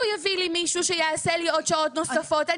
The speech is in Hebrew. יביא לי מישהו שיעשה לי עוד שעות נוספות.